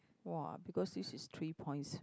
wa because this is three points